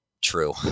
true